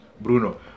Bruno